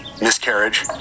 miscarriage